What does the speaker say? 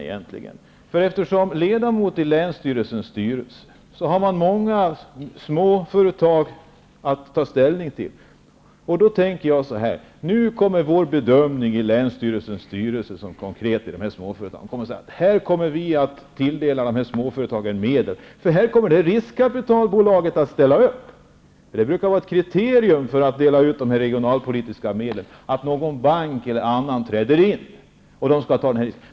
Sedan frågade jag om risken. Som ledamot i länsstyrelsens styrelse har man många små företag att ta ställning till. Nu ankommer det på vår bedömning i länsstyrelsens styrelse att tilldela dessa småföretag medel. Här kommer detta riskkapitalbolag att ställa upp. Det brukar vara ett kriterium för att dela ut dessa regionalpolitiska medel att en bank eller någon annan träder in för att ta risken.